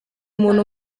umuntu